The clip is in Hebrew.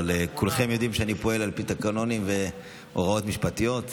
אבל כולכם יודעים שאני פועל על פי תקנונים והוראות משפטיות,